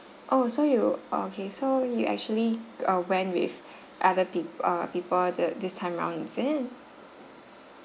oh so you okay so you actually uh went with other pe~ uh people the this time round is it